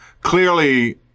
clearly